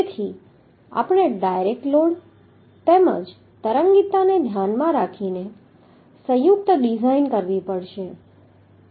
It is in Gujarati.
તેથી આપણે ડાયરેક્ટ લોડ તેમજ તરંગીતાને ધ્યાનમાં રાખીને સંયુક્ત ડિઝાઇન કરવી પડશે